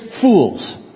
fools